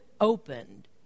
Opened